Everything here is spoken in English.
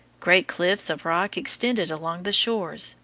great cliffs of rock extended along the shores,